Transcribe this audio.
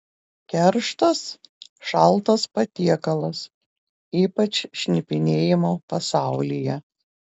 kerštas šaltas patiekalas ypač šnipinėjimo pasaulyje